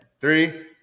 Three